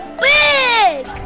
big